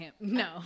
no